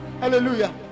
Hallelujah